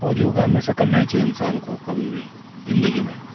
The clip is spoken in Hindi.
और योगा हमेशा करना ही चाहिए इंसान को कभी भी जिंदगी में